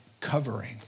covering